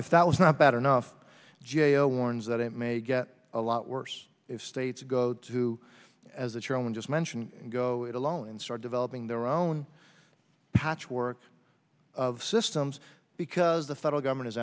if that was not bad enough jail warns that it may get a lot worse if states go to as the chairman just mentioned go it alone and start developing their own patchwork of systems because the federal government is